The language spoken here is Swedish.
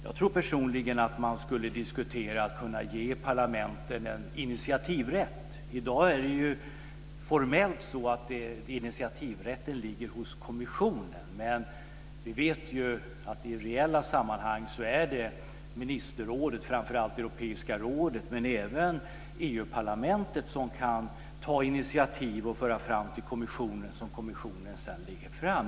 Jag tror personligen att man skulle kunna diskutera möjligheten att ge parlamenten en initiativrätt. I dag är det ju formellt så att initiativrätten ligger hos kommissionen. Men vi vet ju att det i reella sammanhang är ministerrådet och framför allt Europeiska rådet men även Europaparlamentet som kan ta initiativ och föra fram förslag till kommissionen, som kommissionen sedan lägger fram.